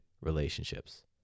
relationships